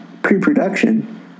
pre-production